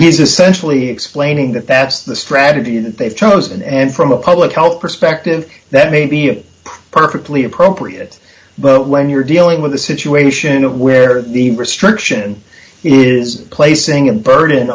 he's essentially explaining that that's the strategy that they've chosen and from a public health perspective that may be a perfectly appropriate but when you're dealing with a situation where the restriction is placing a burden